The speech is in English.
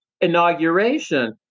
inauguration